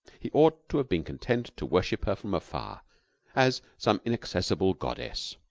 he ought to have been content to worship her from afar as some inaccessible goddess.